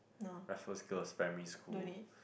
Raffles-Girls' primary school